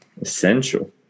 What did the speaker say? Essential